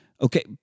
okay